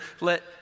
let